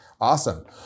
Awesome